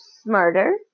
smarter